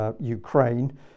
Ukraine